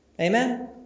Amen